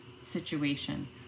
situation